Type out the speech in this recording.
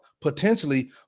potentially